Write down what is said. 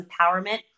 empowerment